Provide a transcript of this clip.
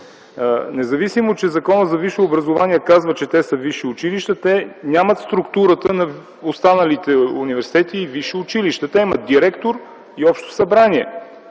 Независимо че Законът за висшето образование казва, че те са висши училища, те нямат структурата на останалите университети и висши училища. Те имат директори и общо събрание.